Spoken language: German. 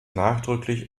nachdrücklich